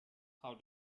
how